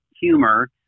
humor